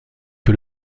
que